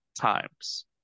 times